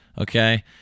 okay